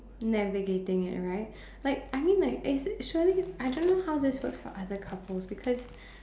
navigating it right like I mean like is it surely I don't know how it works for other couples because